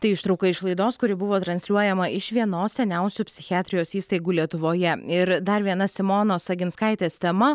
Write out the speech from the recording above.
tai ištrauka iš laidos kuri buvo transliuojama iš vienos seniausių psichiatrijos įstaigų lietuvoje ir dar viena simonos oginskaitės tema